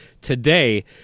today